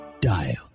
Dial